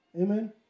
Amen